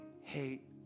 hate